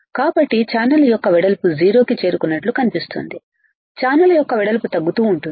కాబట్టి ఛానెల్ యొక్క వెడల్పు జీరో కి చేరుకున్నట్లు కనిపిస్తోంది ఛానెల్ యొక్క వెడల్పు తగ్గుతూ ఉంటుంది